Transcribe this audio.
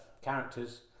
characters